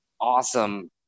awesome